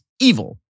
evil